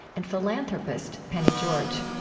and philanthropist penny george